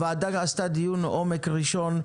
הוועדה עשתה דיון עומק ראשון,